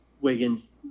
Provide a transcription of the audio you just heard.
Wiggins